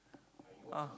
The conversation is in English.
uh